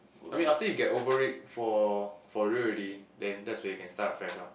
I mean after you get over it for for real already then that's when you can start afresh lah